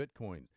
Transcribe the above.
Bitcoin